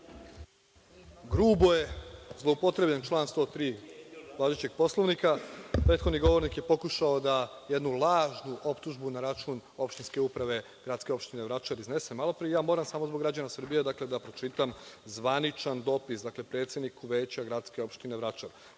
Grubo je zloupotrebljen član 103. važećeg Poslovnika. Prethodni govornik je pokušao da jednu lažnu optužbu na račun opštinske Gradske opštine Vračar iznese malopre. Ja moram samo zbog građana Srbije da pročitam zvaničan dopis, dakle, predsedniku Veća gradske opštine Vračar.